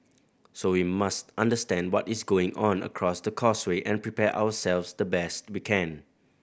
so we must understand what is going on across the causeway and prepare ourselves the best we can